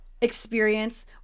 experience